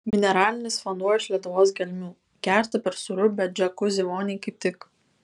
mineralinis vanduo iš lietuvos gelmių gerti per sūru bet džiakuzi voniai kaip tik